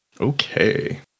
Okay